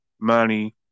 money